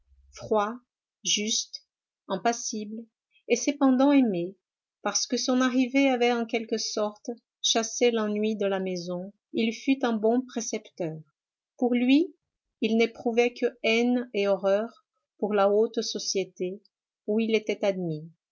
froid juste impassible et cependant aimé parce que son arrivée avait en quelque sorte chassé l'ennui de la maison il fut un bon précepteur pour lui il n'éprouvait que haine et horreur pour la haute société où il était admis